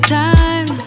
time